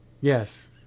Yes